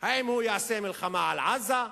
האם יעשה מלחמה על עזה,